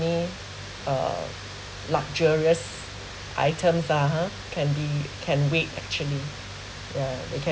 me uh luxurious items ah !huh! can be can wait actually yeah they